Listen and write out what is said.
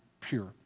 pure